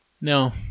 No